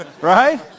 right